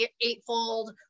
Eightfold